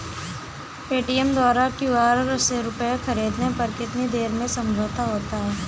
Paytm द्वारा QR से रूपए ख़रीदने पर कितनी देर में समझौता होता है?